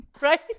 right